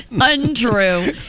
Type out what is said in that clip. untrue